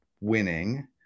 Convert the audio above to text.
winning